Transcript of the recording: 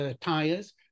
tires